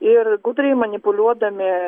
ir gudriai manipuliuodami